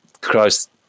Christ